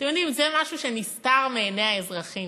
אתם יודעים, זה משהו שנסתר מעיני האזרחים.